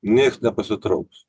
nieks nepasitrauks